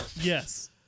yes